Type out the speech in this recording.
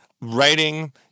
writing